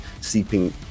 seeping